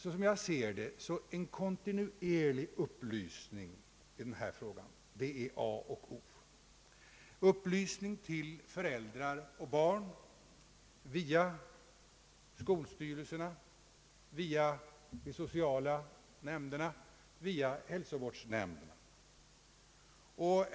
Såsom jag ser det är en kontinuerlig upplysning i denna fråga A och O — upplysning till föräldrar och barn via skolstyrelserna, via de sociala nämnderna, via hälsovårdsnämnden.